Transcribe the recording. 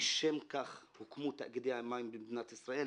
לשם כך הוקמו תאגידי המים במדינת ישראל,